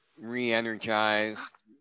re-energized